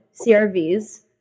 CRVs